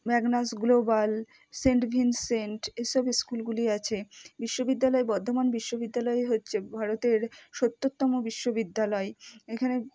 Magnus global saint Vincent এইসব স্কুলগুলি আছে বিশ্ববিদ্যালয় বর্ধমান বিশ্ববিদ্যালয় হচ্ছে ভারতের সত্তরতম বিশ্ববিদ্যালয় এখানে